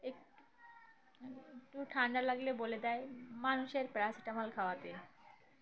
একট একটু ঠান্ডা লাগলে বলে দেয় মানুষের প্যারাসিটামল খাওয়াতে